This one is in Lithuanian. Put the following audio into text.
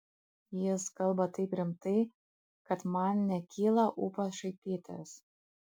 jis kalba taip rimtai kad man nekyla ūpas šaipytis